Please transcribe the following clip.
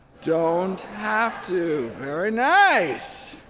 don't have to. very nice!